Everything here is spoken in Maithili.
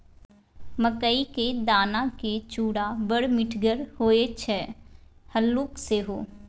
मकई क दानाक चूड़ा बड़ मिठगर होए छै हल्लुक सेहो